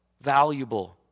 valuable